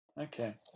Okay